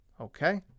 Okay